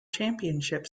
championship